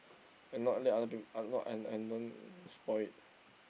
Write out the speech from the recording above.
and not let other people and and don't spoil it